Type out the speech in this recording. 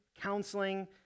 counseling